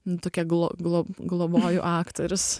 nu tokia glo glob globoju aktorius